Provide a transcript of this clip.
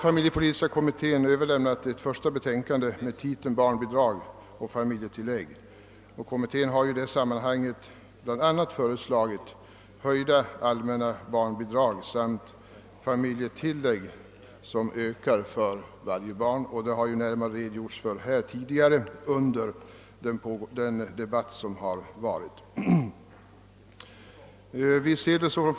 Familjepolitiska kommittén har överlämnat ett första betänkande med titeln Barnbidrag och familjetillägg och har i det sammanhanget föreslagit höjda allmänna barnbidrag samt familjetillägg som ökar för varje barn — det har tidigare i debatten redogjorts härför.